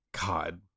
God